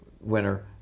winner